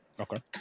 Okay